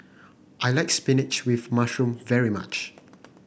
I like spinach with mushroom very much